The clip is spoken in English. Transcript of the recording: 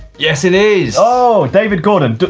yes it is! oh, david gordan!